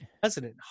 president